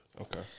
Okay